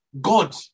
God